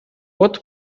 what